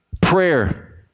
Prayer